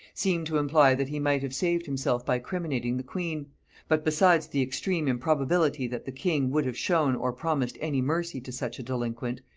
seem to imply that he might have saved himself by criminating the queen but besides the extreme improbability that the king would have shown or promised any mercy to such a delinquent,